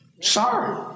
Sorry